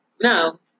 No